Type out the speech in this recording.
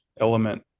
element